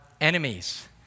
enemies